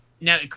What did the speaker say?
No